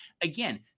Again